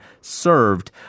served